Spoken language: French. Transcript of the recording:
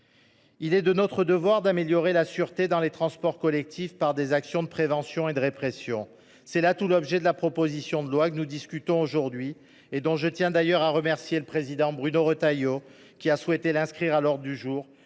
Il est de notre devoir d’améliorer la sûreté dans les transports collectifs par des actions de prévention et de répression. C’est là tout l’objet de la proposition de loi que nous discutons aujourd’hui ; je tiens d’ailleurs à remercier Bruno Retailleau, qui a souhaité l’inscrire à l’ordre du jour.